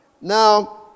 Now